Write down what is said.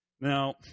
Now